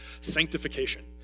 sanctification